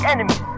Enemy